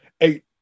eight